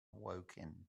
woking